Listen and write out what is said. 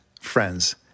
friends